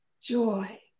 joy